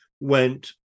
went